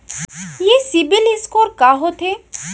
ये सिबील स्कोर का होथे?